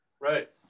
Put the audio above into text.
right